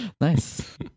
Nice